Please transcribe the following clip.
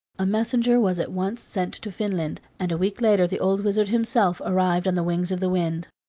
a messenger was at once sent to finland, and a week later the old wizard himself arrived on the wings of the wind.